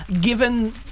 Given